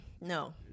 no